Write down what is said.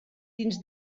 dins